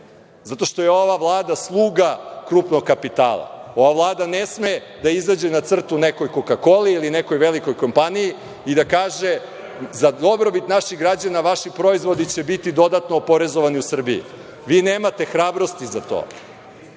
zato što je ova Vlada sluga krupnog kapitala. Ova Vlada ne sme da izađe na crtu nekoj „Koka-koli“ ili nekoj velikoj kompaniji i da kaže – za dobrobit naših građana, vaši proizvodi će biti dodatno oporezovani u Srbiji. Vi nemate hrabrosti za to